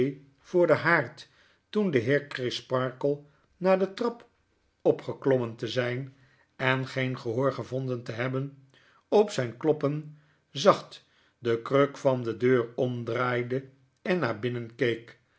voor den haard toen ae heer crisparkle na de trap opgeklommen te zyn en geen gehoor gevoriden te hebben op zyn kloppen zacht de kruk van de deur omdraaide en naar binnen